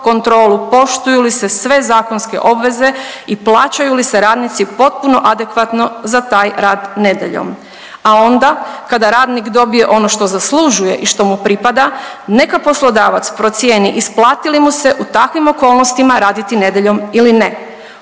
kontrolu poštuju li se sve zakonske obveze i plaćaju li se radnici potpuno adekvatno za taj rad nedjeljom. A onda kada radnik dobije ono što zaslužuje i što mu pripada neka poslodavac procijeni isplati li mu se u takvim okolnostima raditi nedjeljom ili ne.